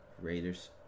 Raiders